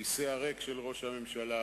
הכיסא הריק של ראש הממשלה,